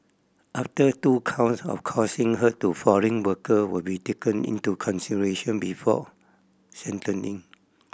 after two counts of causing hurt to foreign worker will be taken into consideration before